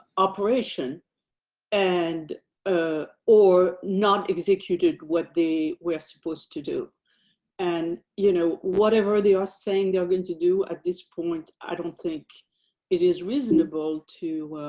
operation and ah or not executed what they were supposed to do and you know whatever they are saying they're going to do at this point. i don't think it is reasonable to